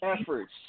efforts